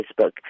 Facebook